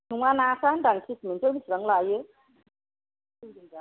नङा नाफोरा होनदों आं पिस मोनसेयाव बेसेबां लायो जौजों जाबा